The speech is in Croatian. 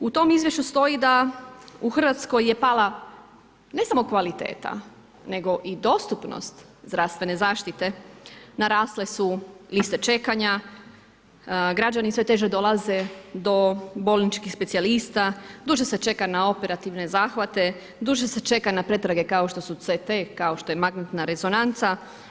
U tom izvješću stoji da u Hrvatskoj je pala ne samo kvaliteta, nego i dostupnost zdravstvene zaštite, narasle su liste čekanja, građani sve teže dolaze do bolničkih specijalista, duže se čeka na operativne zahvate, duže se čeka na pretrage kao što su CT, kao što je magnetna rezonanca.